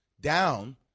down